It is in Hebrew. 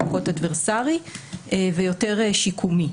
פחות אדוורסרי ויותר שיקומי.